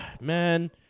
man